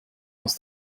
aus